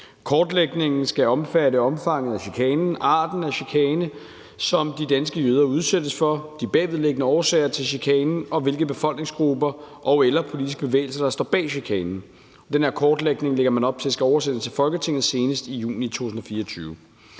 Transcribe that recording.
Kortlægningen skal omfatte omfanget af chikanen og arten af chikanen, som de danske jøder udsættes for, de bagvedliggende årsager til chikanen, og hvilke befolkningsgrupper og/eller politiske bevægelser der står bag chikanen. Den her kortlægning lægger man op til skal oversendes til Folketinget senest i juni 2024.